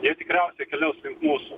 jie tikriausiai keliaus link mūsų